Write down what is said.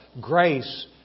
grace